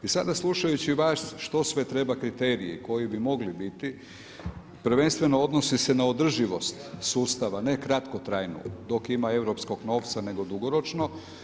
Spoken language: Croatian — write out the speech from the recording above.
I sada slušajući vas što sve trebaju kriteriji koji bi mogli biti, prvenstveno odnosi se na održivost sustava, ne kratkotrajno, dok ima europskog novca nego dugoročno.